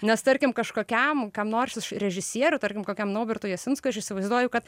nes tarkim kažkokiam kam nors iš režisierių tarkim kokiam nobertui jasinskui aš įsivaizduoju kad